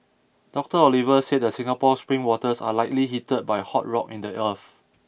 Doctor Oliver said the Singapore spring waters are likely heated by hot rock in the earth